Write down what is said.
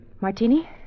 Martini